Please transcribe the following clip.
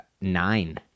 nine